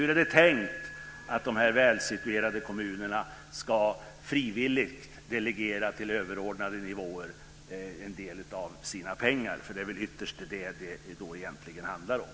Hur är det tänkt att de välsituerade kommunerna ska frivilligt delegera till överordnade nivåer en del av sina pengar? Det är egentligen vad det ytterst handlar om.